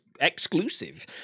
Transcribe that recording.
exclusive